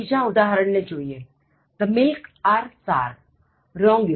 બીજા ઉદાહરણ ને જોઇએ The milk are sour wrong usage